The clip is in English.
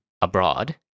abroad